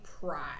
pride